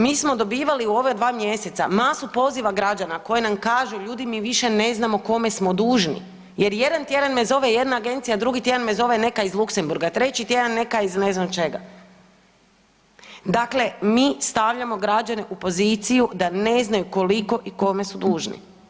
Mi smo dobivali u ova dva mjeseca masu poziva građana koji nam kažu ljudi mi više ne znamo kome smo dužni jer jedan tjedan me zove jedna agencija drugi tjedan me zove neka iz Luxembourga, treći tjedan neka iz ne znam čega, dakle mi stavljamo građane u poziciju da ne znaju koliko i kome su dužni.